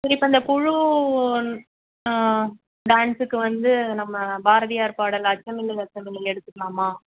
சரி இப்போ இந்த குழு டான்ஸுக்கு வந்து நம்ம பாரதியார் பாடல் அச்சமில்லை அச்சமில்லை எடுத்துக்கலாமா